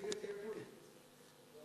תהיה פוליטי קצת, קצת.